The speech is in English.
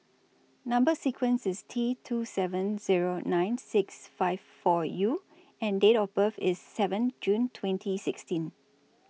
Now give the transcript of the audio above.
Number sequence IS T two seven Zero nine six five four U and Date of birth IS seven June twenty sixteen